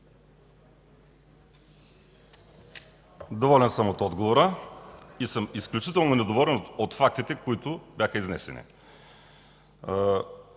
Доволен съм от отговора и съм изключително недоволен от фактите, които бяха изнесени.